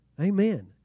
amen